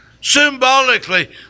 Symbolically